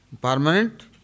permanent